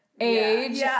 age